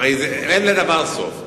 הרי אין לדבר סוף.